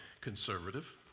conservative